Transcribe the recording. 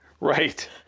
Right